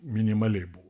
minimaliai bu